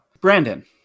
Brandon